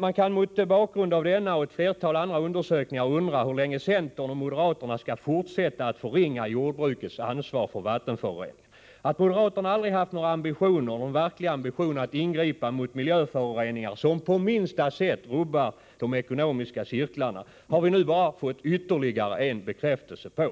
Man kan mot bakgrund av denna och ett flertal andra undersökningar undra hur länge centern och moderaterna skall fortsätta att förringa jordbrukets ansvar för vattenföroreningarna. Att moderaterna aldrig haft någon verklig ambition att ingripa mot miljöföroreningar som på minsta sätt rubbar de ekonomiska cirklarna har vi nu bara fått ytterligare en bekräftelse på.